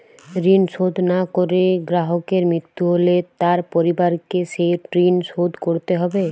ঋণ শোধ না করে গ্রাহকের মৃত্যু হলে তার পরিবারকে সেই ঋণ শোধ করতে হবে?